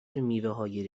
میوههای